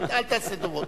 אל תעשה טובות.